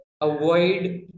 avoid